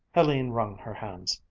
helene wrung her hands.